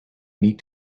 need